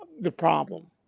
the problem.